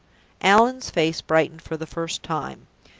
allan's face brightened for the first time.